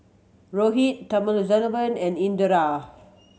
Rohit Thamizhavel and Indira